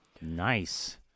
Nice